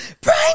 bring